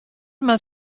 moat